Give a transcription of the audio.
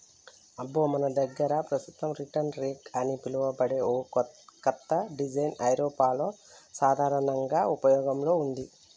అబ్బో మన దగ్గర పస్తుతం రీటర్ రెక్ అని పిలువబడే ఓ కత్త డిజైన్ ఐరోపాలో సాధారనంగా ఉపయోగంలో ఉంది